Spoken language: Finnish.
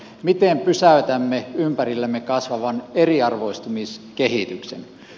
miten pysäytämme ympärillämme kasvavan eriarvoistumiskehityksen